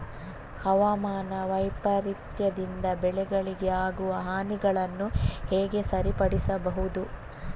ಹವಾಮಾನ ವೈಪರೀತ್ಯದಿಂದ ಬೆಳೆಗಳಿಗೆ ಆಗುವ ಹಾನಿಗಳನ್ನು ಹೇಗೆ ಸರಿಪಡಿಸಬಹುದು?